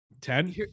Ten